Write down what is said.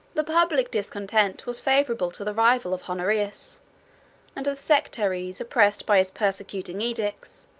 the public discontent was favorable to the rival of honorius and the sectaries, oppressed by his persecuting edicts,